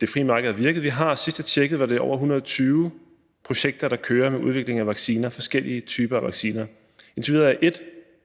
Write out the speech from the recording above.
det fri marked har virket. Vi har over 120 – sidst jeg tjekkede – projekter, der kører, med udvikling af forskellige typer af vacciner. Indtil videre er ét